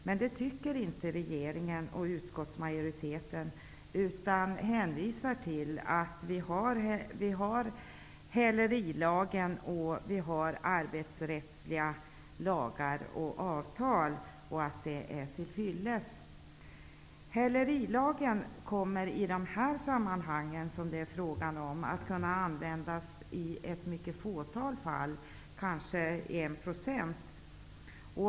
Men det anser inte regeringen och utskottsmajoriteten utan hänvisar till att den hälerilag och de arbetsrättsliga lagar och avtal som finns är till fyllest. Hälerilagen kommer i dessa sammanhang att kunna tillämpas i ett mycket fåtal fall -- det rör sig kanske om 1 %.